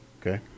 Okay